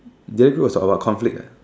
did I do a talk about conflict